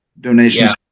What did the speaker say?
donations